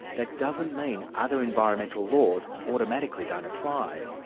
that doesn't mean other environmental laws automatically don't apply.